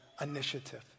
initiative